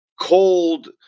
cold